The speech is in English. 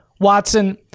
Watson